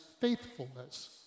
faithfulness